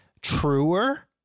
truer